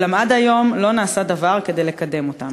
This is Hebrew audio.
אולם עד היום לא נעשה דבר כדי לקדם אותן.